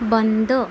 बंद